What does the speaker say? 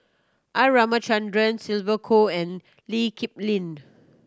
R Ramachandran Sylvia Kho and Lee Kip Lin